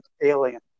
alien